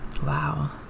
Wow